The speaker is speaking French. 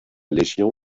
légion